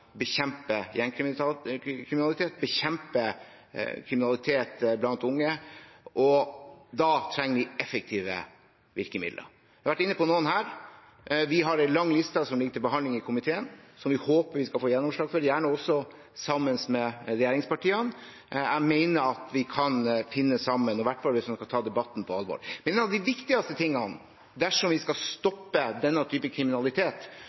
bekjempe gjengkriminalitet, bekjempe kriminalitet blant unge, og da trenger vi effektive virkemidler. Vi har vært inne på noen her. Vi har en lang liste som ligger til behandling i komiteen, som vi håper vi skal få gjennomslag for, gjerne sammen med regjeringspartiene. Jeg mener at vi kan finne sammen, i hvert fall hvis man skal ta debatten på alvor. En av de viktigste tingene dersom vi skal stoppe denne typen kriminalitet,